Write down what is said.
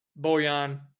Boyan